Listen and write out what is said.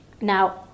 Now